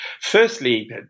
Firstly